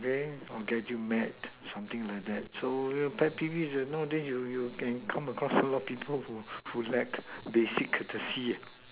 okay I'll get you mad something like that so pet peeves nowadays you can come across a lot of people who lack basic courtesy